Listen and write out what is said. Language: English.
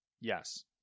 Yes